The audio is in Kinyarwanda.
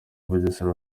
bugesera